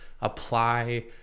apply